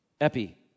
Epi